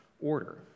order